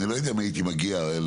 אני לא יודע אם הייתי מגיע לדיון.